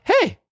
Hey